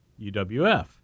UWF